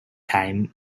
time